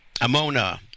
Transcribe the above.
Amona